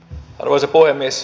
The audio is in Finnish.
arvoisa puhemies